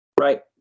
Right